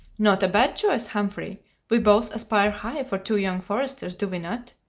not a bad choice, humphrey we both aspire high, for two young foresters, do we not?